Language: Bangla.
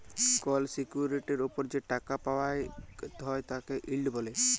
কল সিকিউরিটির ওপর যে টাকা পাওয়াক হ্যয় তাকে ইল্ড ব্যলে